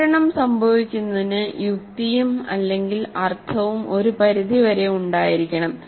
സംഭരണം സംഭവിക്കുന്നതിന് യുക്തിയും അല്ലെങ്കിൽ അർത്ഥവും ഒരു പരിധിവരെ ഉണ്ടായിരിക്കണം